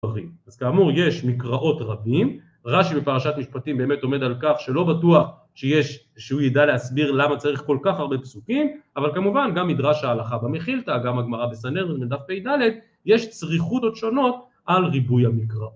אז כאמור יש מקראות רבים, רש"י בפרשת משפטים באמת עומד על כך שלא בטוח שיש, שהוא ידע להסביר למה צריך כל כך הרבה פסוקים, אבל כמובן גם מדרש ההלכה במכילתא, גם הגמרא בסנהדרין בדף פד יש צריכותות שונות על ריבוי המקרא.